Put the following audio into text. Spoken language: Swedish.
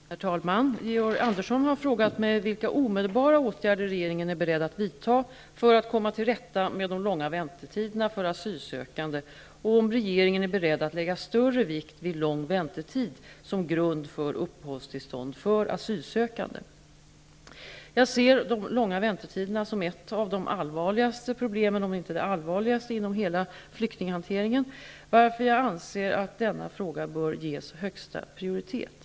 Herr talman! Georg Andersson har frågat mig vilka omedelbara åtgärder regeringen är beredd att vidta för att komma till rätta med de långa väntetiderna för asylsökande och om regeringen är beredd att lägga större vikt vid lång väntetid som grund för uppehållstillstånd för asylsökande. Jag ser de långa väntetiderna som ett av de allvarligaste problemen, om inte det allvarligaste, inom hela flyktinghanteringen, varför jag anser att denna fråga bör ges högsta prioritet.